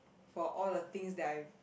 for all the things that I